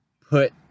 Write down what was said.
put